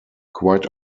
quite